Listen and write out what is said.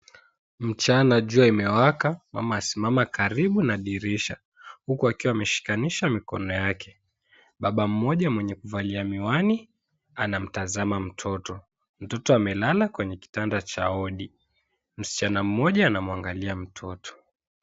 Mchana jua imeweka mama amesimama karibu na dirisha huku akiwa ameshikanisha mikono yake, baba mmoja mwenye kuvalia miwani anamtazama mtoto. Mtoto amelala kwenye kitanda cha wadi. Msichana mmoja anamwangalia mtoto.